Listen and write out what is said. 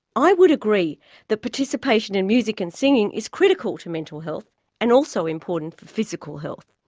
i would agree that participation in music and singing is critical to mental health and also important for physical health.